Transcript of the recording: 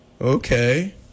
Okay